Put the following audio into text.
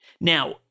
Now